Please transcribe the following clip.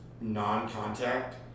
non-contact